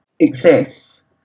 exists